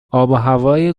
آبوهوای